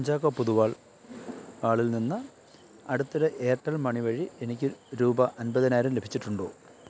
കുഞ്ചാക്കോ പൊതുവാൾ ആളിൽ നിന്ന് അടുത്തിടെ എയർടെൽ മണി വഴി എനിക്ക് രൂപ അൻപതിനായിരം ലഭിച്ചിട്ടുണ്ടോ